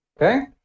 Okay